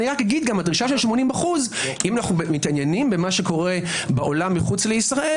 הדרישה של 80% אם אנו מתעניינים במה שקורה בעולם מחוץ לישראל